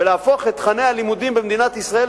ולהפוך את תוכני הלימודים במדינת ישראל